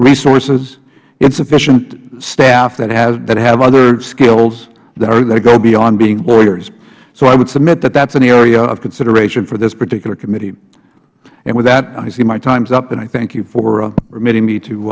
resources insufficient staff that have other skills that go beyond being lawyers so i would submit that that's an area of consideration for this particular committee and with that i see my time is up and i thank you for